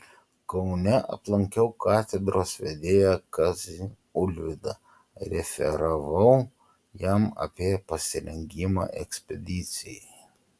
kaune aplankiau katedros vedėją kazį ulvydą referavau jam apie pasirengimą ekspedicijai